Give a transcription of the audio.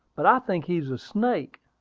but i think he is a snake.